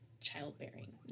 childbearing